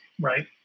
right